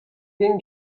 گین